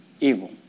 evil